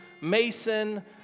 Mason